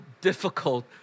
difficult